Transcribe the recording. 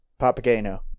Papageno